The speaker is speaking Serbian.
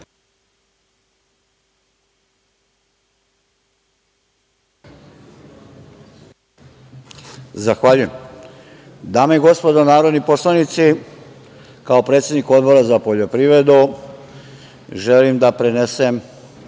Zahvaljujem. Dame i gospodo narodni poslanici, kao predsednik Odbora za poljoprivredu, želim da prenesem